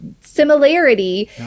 similarity